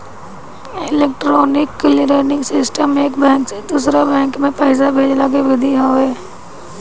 electronic clearing system एक bank से दूसरा बैंक में पईसा भेजला के विधि हवे